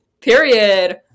Period